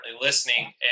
listening